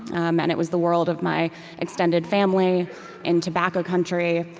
um and it was the world of my extended family in tobacco country,